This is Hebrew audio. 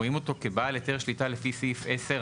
רואים אותו כבעל היתר שליטה לפי סעיף 10,